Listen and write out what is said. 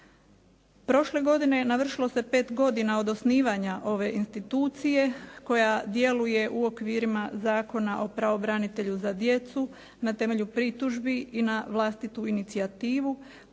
Prošle godine navršilo se pet godina od osnivanja ove institucije koja djeluje u okvirima Zakona pravobranitelju za djecu na temelju pritužbi i na vlastitu inicijativu